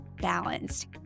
balanced